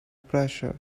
pressure